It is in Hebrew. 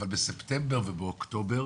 אבל בספטמבר ובאוקטובר